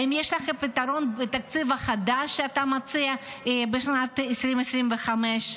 האם יש לך פתרון בתקציב החדש שאתה מציע בשנת 2025?